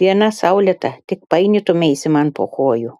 diena saulėta tik painiotumeisi man po kojų